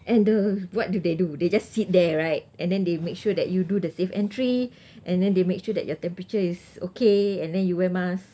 and the what do they do they just sit there right and then they make sure that you do the safe entry and then they make sure that your temperature is okay and then you wear mask